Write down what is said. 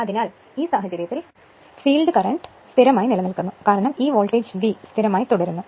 അതിനാൽ ആ സാഹചര്യത്തിൽ ഫീൽഡ് കറന്റ് സ്ഥിരമായി നിലനിൽക്കുന്നു കാരണം ഈ വോൾട്ടേജ് v സ്ഥിരമായി തുടരുന്നു